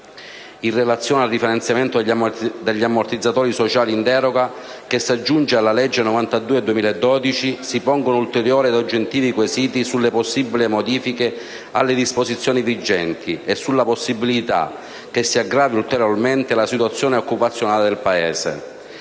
In relazione al rifinanziamento degli ammortizzatori sociali in deroga, che si aggiunge alla legge n. 92 del 2012, si pongono ulteriori ed oggettivi quesiti sulle possibili modifiche alle disposizioni vigenti e sulla possibilità che si aggravi ulteriormente la situazione occupazionale del Paese,